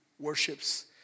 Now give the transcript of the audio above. worships